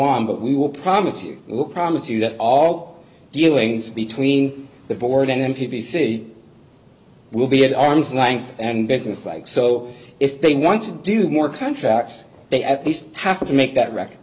on but we will promise you promise you that all dealings between the board and then p v c will be at arm's length and business like so if they want to do more contracts they at least have to make that